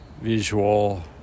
visual